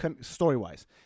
story-wise